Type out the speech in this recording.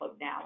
now